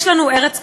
יש לנו ארץ קטנה,